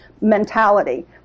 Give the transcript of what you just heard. mentality